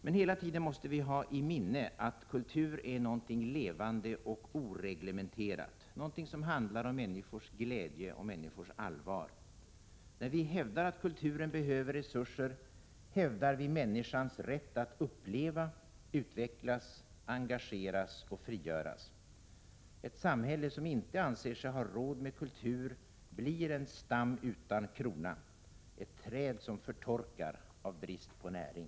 Men hela tiden måste vi ha i minnet att kultur är någonting levande och oreglementerat, någonting som handlar om människors glädje och människors allvar. När vi hävdar att kulturen behöver resurser, hävdar vi människans rätt att uppleva, utvecklas, engageras och frigöras. Ett samhälle som inte anser sig ha råd med kultur blir en stam utan krona, ett träd som förtorkar av brist på näring.